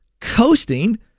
coasting